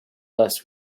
last